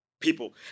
People